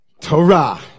Torah